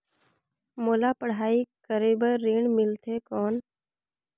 मोला पढ़ाई करे बर ऋण मिलथे कौन?